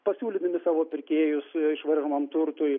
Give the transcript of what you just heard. pasiūlydami savo pirkėjus išvaržomam turtui